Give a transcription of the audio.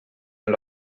amb